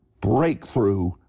breakthrough